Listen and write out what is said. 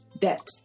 debt